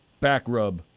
backrub